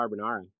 carbonara